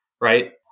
right